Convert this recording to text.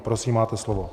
Prosím, máte slovo.